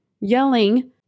yelling